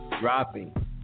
dropping